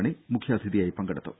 മണി മുഖ്യാതിഥിയായി പങ്കെടുത്തു